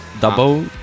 Double